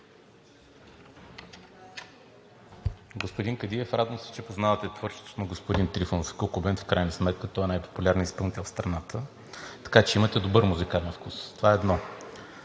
Господин Кадиев, радвам се, че познавате творчеството на господин Трифонов и „Ку-ку бенд“. В крайна сметка той е най-популярният изпълнител в страната, така че имате добър музикален вкус. Това е едно.